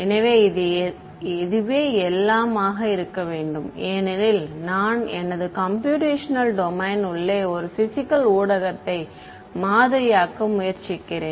எனவே இதுவே எல்லாம் ஆக இருக்க வேண்டும் ஏனெனில் நான் எனது கம்ப்யூடேஷனல் டொமைன் உள்ளே ஒரு பிஸிக்கல் ஊடகத்தை மாதிரியாக்க முயற்சிக்கிறேன்